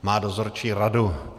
Má dozorčí radu.